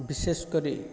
ବିଶେଷକରି